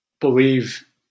believe